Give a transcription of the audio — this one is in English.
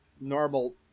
normal